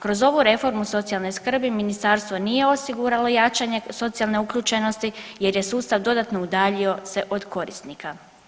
Kroz ovu reformu socijalne skrbi ministarstvo nije osiguralo jačanje socijalne uključenosti, jer je sustav dodatno udaljio se od korisnika.